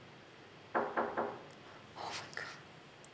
oh my god